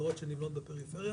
הדירות שנבנות בפריפריה,